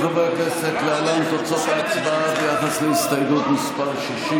הכנסת, להלן תוצאות ההצבעה ביחס להסתייגות מס' 60: